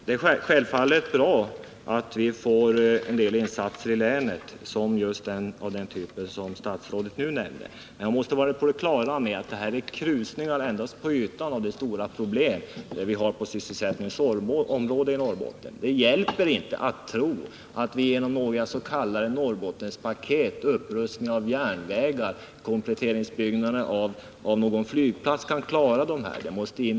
Herr talman! Det är självfallet bra att vi får en del insatser i länet av just den typ som statsrådet nu nämnde, men man måste vara på det klara med att detta endast är krusningar på ytan av det stora problem som vi har på sysselsättningsområdet i Norrbotten. Det hjälper inte att tro att vi genom några s.k. Norrbottenspaket, såsom upprustning av järnvägar och kompletteringsbyggnader på någon flygplats, kan klara de här problemen.